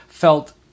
Felt